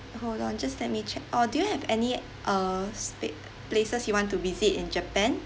hold on just let me check or do you have any uh spac~ places you want to visit in japan